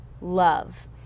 love